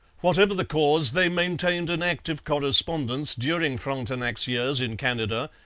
whatever the cause, they maintained an active correspondence during frontenac's years in canada,